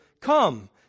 Come